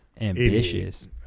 Ambitious